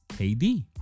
AD